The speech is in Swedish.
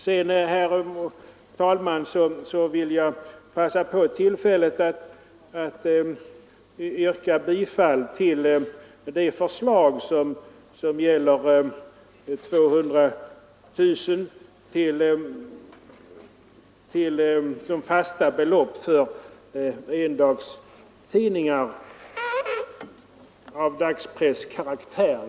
Sedan, herr talman, vill jag passa på tillfället att yrka bifall till det förslag som gäller fasta bidrag med 200 000 kronor för endagstidningar av dagspresskaraktär.